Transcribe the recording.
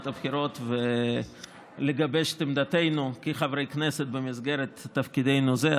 הבחירות ולגבש את עמדתנו כחברי כנסת במסגרת תפקידנו זה,